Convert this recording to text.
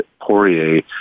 Poirier